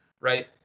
Right